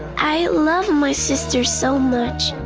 i love my sister so much,